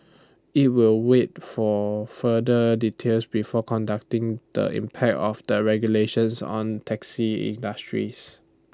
IT will wait for further details before conducting the impact of the regulations on taxi industries